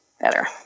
better